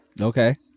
Okay